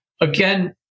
again